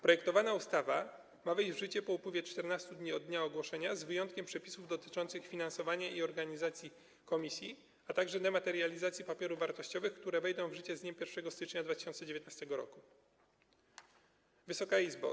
Projektowana ustawa ma wejść w życie po upływie 14 dni od dnia ogłoszenia, z wyjątkiem przepisów dotyczących finansowania i organizacji komisji, a także dematerializacji papierów wartościowych, które wejdą w życie z dniem 1 stycznia 2019 r. Wysoka Izbo!